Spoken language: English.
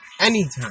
Anytime